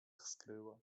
skryła